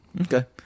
Okay